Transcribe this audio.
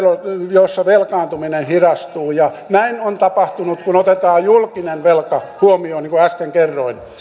jossa velkaantuminen hidastuu näin on tapahtunut kun otetaan julkinen velka huomioon niin kuin äsken kerroin